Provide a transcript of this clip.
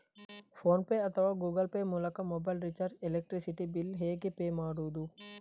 Phone pay ಅಥವಾ Google Pay ಮೂಲಕ mobile recharge, electricity bill ಹೇಗೆ ಪೇ ಮಾಡುವುದು?